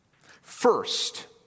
First